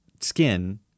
skin